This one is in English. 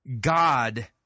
God